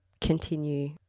continue